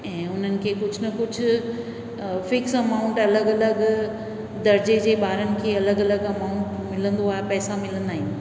ऐं उन्हनि खे कुझु न कुझु फिक्स अमाउंट अलॻि अलॻि दर्जे जे ॿारनि खे अलॻि अलॻि अमाउंट मिलंदो आहे पैसा मिलंदा आहिनि